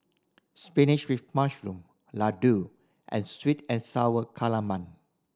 spinach with mushroom laddu and sweet and Sour Calamari